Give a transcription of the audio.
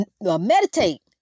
meditate